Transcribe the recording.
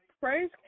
Praise